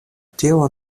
tio